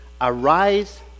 Arise